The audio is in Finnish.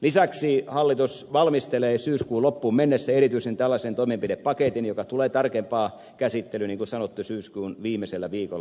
lisäksi hallitus valmistelee syyskuun loppuun mennessä erityisen tällaisen toimenpidepaketin joka tulee tarkempaan käsittelyyn niin kuin sanottu syyskuun viimeisellä viikolla